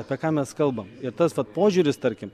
apie ką mes kalbam ir tas vat požiūris tarkim